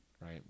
right